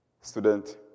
Student